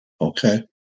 Okay